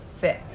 fit